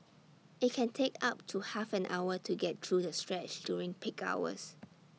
IT can take up to half an hour to get through the stretch during peak hours